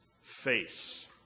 face